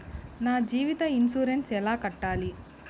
నా జీవిత ఇన్సూరెన్సు ఎలా కట్టాలి?